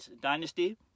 dynasty